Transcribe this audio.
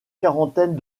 quarantaine